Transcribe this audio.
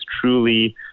truly